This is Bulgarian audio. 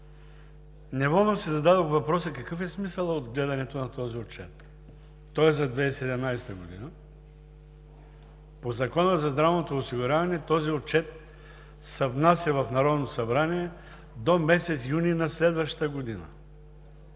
Неволно си зададох въпроса какъв е смисълът от гледането на този отчет? Той е за 2017 г. По Закона за здравното осигуряване този отчет се внася в Народното събрание до месец юни на следващата година.